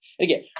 Again